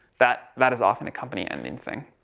that, that is often a company-ending thing.